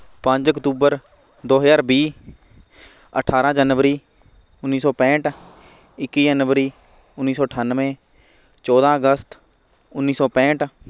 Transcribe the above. ਪੰਜ ਅਕਤੂਬਰ ਦੋ ਹਜ਼ਾਰ ਵੀਹ ਅਠਾਰ੍ਹਾਂ ਜਨਵਰੀ ਉੱਨੀ ਸੌ ਪੈਂਠ ਇੱਕੀ ਜਨਵਰੀ ਉੱਨੀ ਸੌ ਠਾਨਵੇਂ ਚੌਦ੍ਹਾਂ ਅਗਸਤ ਉੱਨੀ ਸੌ ਪੈਂਠ